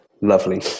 lovely